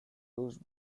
used